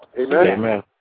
Amen